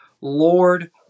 Lord